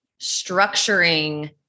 structuring